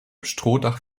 strohdach